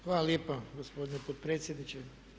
Hvala lijepa gospodine potpredsjedniče.